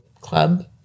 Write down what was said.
club